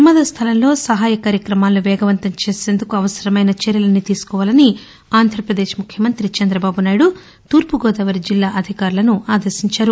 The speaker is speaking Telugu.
ప్రమాద స్థలంలో సహాయ కార్యక్రమాలను వేగవంతం చేసేందుకు అవసరమైన చర్యలన్నింటినీ తీసుకోవాలని ఆంధ్రపదేశ్ ముఖ్యమంత్రి చందబాబు నాయుడు తూర్పు గోదావరి జిల్లా అధికారులను ఆదేశించారు